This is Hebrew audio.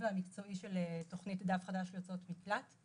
והמקצועי של תוכנית "דף חדש יוצאות מקלט".